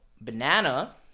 banana